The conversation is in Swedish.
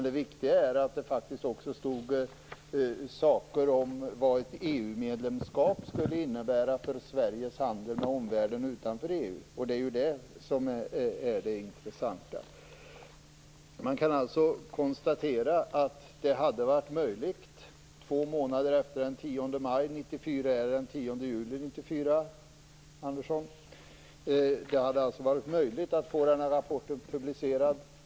Det viktiga är att det faktiskt också stod saker om vad ett EU medlemskap skulle innebära för Sveriges handel med omvärlden utanför EU. Det är ju det som är det intressanta. Man kan alltså konstatera att det hade varit möjligt 1994, Andersson - att få den här rapporten publicerad.